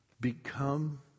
Become